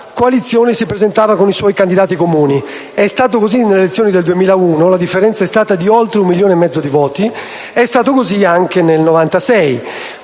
la coalizione si presentava con candidati comuni. È stato così nelle elezioni del 2001 (la differenza è stata di oltre un milione e mezzo di voti) e nel 1996;